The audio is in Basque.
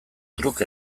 truk